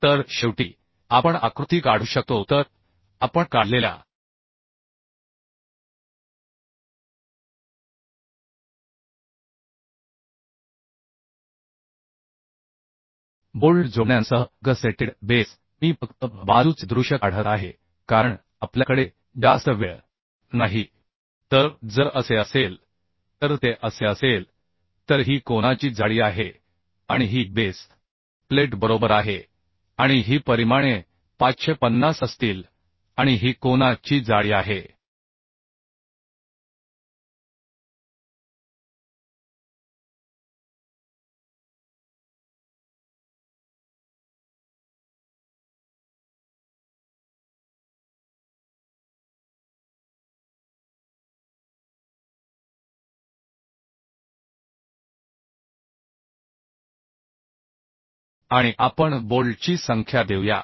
तर शेवटी आपण आकृती काढू शकतो तर आपण काढलेल्या बोल्ट जोडण्यांसह गस्सेटेड बेस मी फक्त बाजूचे दृश्य काढत आहे कारण आपल्याकडे जास्त वेळ नाही तर जर असे असेल तर ते असे असेल तर ही कोनाची जाडी आहे आणि ही बेस प्लेट बरोबर आहे आणि ही परिमाणे 550 असतील आणि ही कोना ची जाडी आहे आणि आपण बोल्टची संख्या देऊया